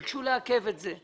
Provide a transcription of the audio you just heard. ביקשו לעכב את זה,